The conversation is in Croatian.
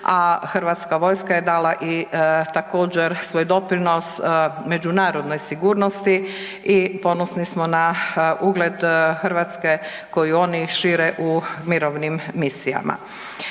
a Hrvatska vojska je dala i također svoj doprinos međunarodnoj sigurnosti i ponosni smo na ugled Hrvatske koju oni šire u mirovnim misijama.